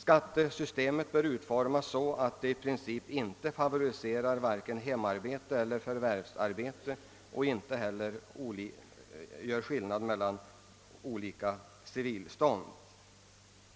Skaitesystemet bör i princip utformas så att det inte favoriserar vare sig hemarbete eller förvärvsarbete eller fungerar så att skillnader mellan olika civilstånd uppstår.